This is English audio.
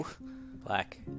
Black